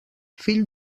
fill